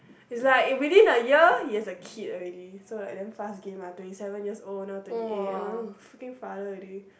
is like within a year he has a kid already so like damn fast game lah twenty seven years old now twenty eight oh freaking father already